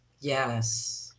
Yes